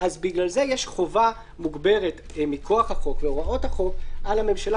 בגלל זה יש חובה מוגברת מכוח החוק להוראות החוק על הממשלה,